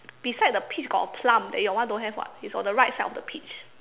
beside the peach got a plum that your one don't have [what] it's on the right side of the peach